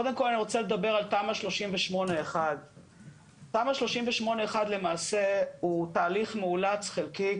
קודם כל אני רוצה לדבר על תמ"א 38(1). תמ"א 38(1) למעשה הוא תהליך מאולץ חלקי.